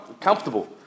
comfortable